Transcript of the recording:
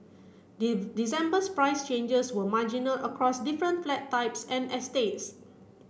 December's price changes were marginal across different flat types and estates